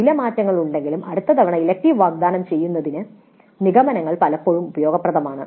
ചില മാറ്റങ്ങളുണ്ടെങ്കിലും അടുത്ത തവണ ഇലക്ടീവ് വാഗ്ദാനം ചെയ്യുന്നതിന് നിഗമനങ്ങൾ ഇപ്പോഴും ഉപയോഗപ്രദമാണ്